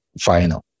final